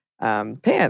Pants